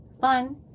fun